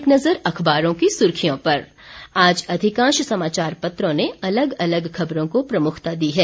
एक नज़र अखबारों की सुर्खियों पर आज अधिकांश समाचार पत्रों ने अलग अलग खबरों को प्रमुखता दी है